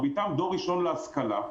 מרביתם דור ראשון להשכלה,